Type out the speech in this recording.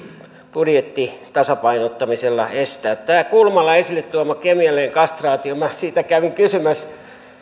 budjettitasapainottamisella estää tämä kulmalan esille tuoma kemiallinen kastraatio minä kävin kysymässä